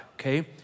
okay